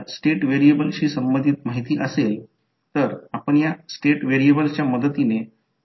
परंतु या कॉइलमध्ये करंट डॉटमध्ये येत आहे ते पुन्हा होईल म्हणजे याचा अर्थ हे एक चिन्ह एकामधून बाहेर पडत आहे ते आणि दुसऱ्यात प्रवेश करत आहे